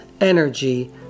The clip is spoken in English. energy